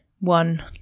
one